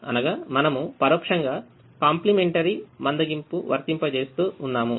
అనగామనము పరోక్షంగాకాంప్లిమెంటరీ మందగింపు వర్తింపజేస్తూ ఉన్నాము